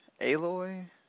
Aloy